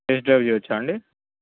test drive చేయచ్చా అండి